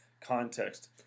context